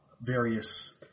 various